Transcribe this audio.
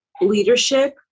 leadership